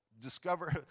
discover